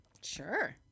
Sure